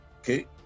Okay